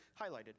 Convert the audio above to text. highlighted